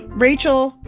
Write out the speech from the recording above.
rachel,